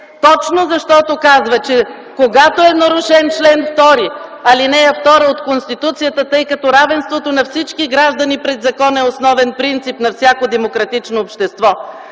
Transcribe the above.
точно защото каза, че когато е нарушен чл. 2, ал.2 от Конституцията, тъй като равенството на всички граждани пред закона е основен принцип на всяко демократично общество.